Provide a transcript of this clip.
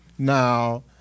Now